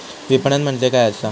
विपणन म्हणजे काय असा?